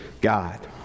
God